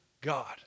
God